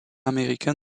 américain